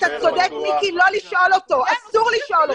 אתה צודק, מיקי, לא לשאול אותו, אסור לשאול אותו.